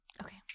Okay